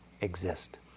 exist